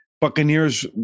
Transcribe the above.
Buccaneers